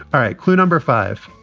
all right. clue number five.